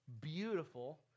Beautiful